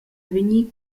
avegnir